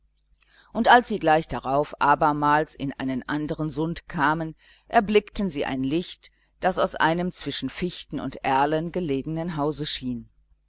und als sie gleich darauf abermals in einen andern sund kamen erblickten sie ein licht das aus einem zwischen fichten und erlen gelegenen hause schien